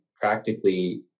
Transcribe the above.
practically